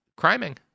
criming